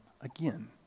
again